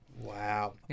Wow